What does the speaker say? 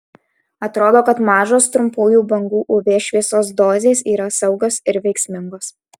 atrodo kad mažos trumpųjų bangų uv šviesos dozės yra saugios ir veiksmingos